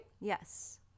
Yes